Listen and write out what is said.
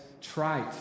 trite